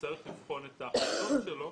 שצריך לבחון את ההחלטות שלו.